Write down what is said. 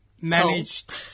Managed